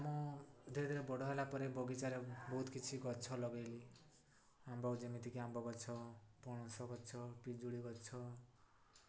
ମୁଁ ଧୀରେ ଧୀରେ ବଡ଼ ହେଲା ପରେ ବଗିଚାରେ ବହୁତ କିଛି ଗଛ ଲଗେଇଲି ଆମ୍ବ ଯେମିତିକି ଆମ୍ବ ଗଛ ପଣସ ଗଛ ପିଜୁଳି ଗଛ